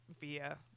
Via